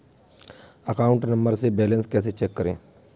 Account number से balance कैसे check करें?